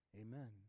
amen